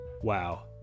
wow